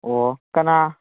ꯑꯣ ꯀꯅꯥ